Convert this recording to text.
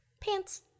Pants